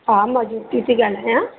हा मां जी किर्ति ॻाल्हायां